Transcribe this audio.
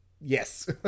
yes